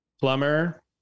plumber